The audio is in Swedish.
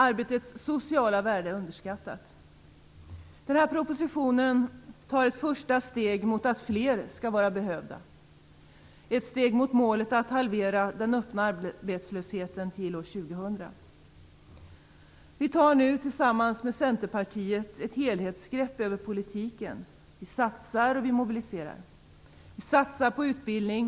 Arbetets sociala värde är underskattat. Den här propositionen tar ett första steg mot att fler skall vara behövda. Det är ett steg mot målet att halvera den öppna arbetslösheten till år 2000. Vi tar nu tillsammans med Centerpartiet ett helhetsgrepp över politiken. Vi satsar, och vi mobiliserar. Vi satsar på utbildning.